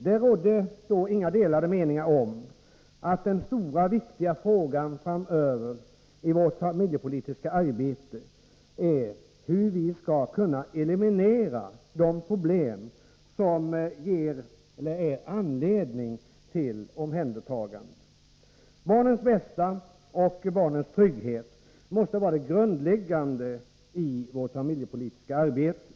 Det rådde då inte några delade meningar om att den stora, viktiga frågan framöver i vårt familjepolitiska arbete är hur vi skall kunna eliminera de problem som är anledningen till omhändertagande. Barnens bästa och barnens trygghet måste vara det grundläggande i vårt familjepolitiska arbete.